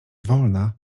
wolna